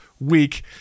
week